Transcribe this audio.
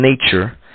nature